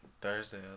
Thursday